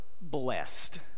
blessed